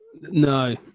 No